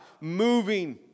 moving